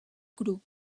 cru